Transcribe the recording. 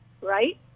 right